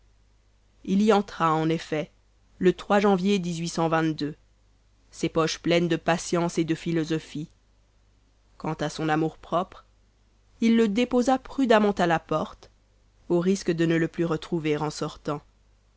il y entra en effet le janvier ses poches pleines de patience et de philosophie quant à son amour-propre il le déposa prudemment à la porte au risque de ne le plus retrouver en sortant